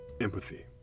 empathy